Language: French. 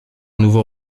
nouveau